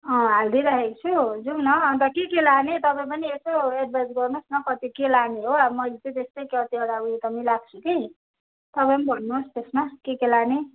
अँ हालिदिइराखेको छु जाउँ न अन्त के के लाने तपाईँ पनि यसो एडभाइस गर्नुहोस् न कति के लाने हो अब मैले चाहिँ त्यस्तै कतिवटा त उयो मिलाएको छु कि तपाईँ पनि भन्नुहोस् त्यसमा के के लाने